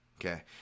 okay